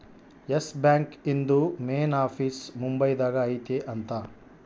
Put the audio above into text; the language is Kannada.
ಎಸ್ ಬ್ಯಾಂಕ್ ಇಂದು ಮೇನ್ ಆಫೀಸ್ ಮುಂಬೈ ದಾಗ ಐತಿ ಅಂತ